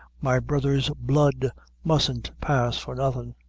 my brother's blood mustn't pass for nothin'.